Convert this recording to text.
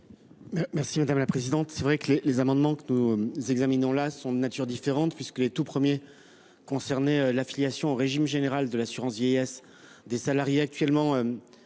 Merci madame la présidente. C'est vrai que les les amendements que nous. Examinerons la sont de nature différente puisque les tous premiers concernés l'affiliation au régime général de l'assurance vieillesse des salariés actuellement.